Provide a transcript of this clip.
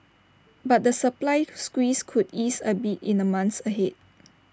but the supply squeeze could ease A bit in the months ahead